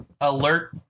alert